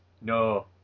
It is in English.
no